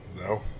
No